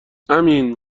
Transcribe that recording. امین